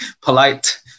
polite